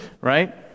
Right